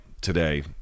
today